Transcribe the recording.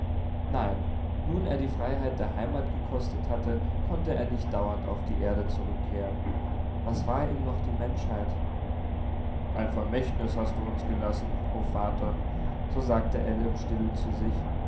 nein nun er die freiheit der heimat gekostet hatte konnte er nicht dauernd auf die erde zurückkehren was war ihm noch die menschheit ein vermächtnis hast du uns gelassen o vater so sagte ell im stillen zu sich